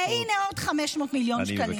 והינה עוד 500 מיליון שקלים.